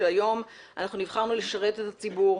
שהיום אנחנו נבחרנו לשרת את הציבור,